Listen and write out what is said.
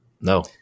no